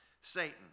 Satan